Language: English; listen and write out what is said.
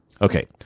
Okay